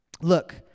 Look